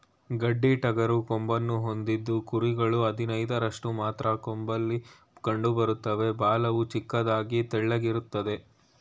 ಗಡ್ಡಿಟಗರು ಕೊಂಬನ್ನು ಹೊಂದಿದ್ದು ಕುರಿಗಳು ಹದಿನೈದರಷ್ಟು ಮಾತ್ರ ಕೊಂಬಲ್ಲಿ ಕಂಡುಬರ್ತವೆ ಬಾಲವು ಚಿಕ್ಕದಾಗಿ ತೆಳ್ಳಗಿರ್ತದೆ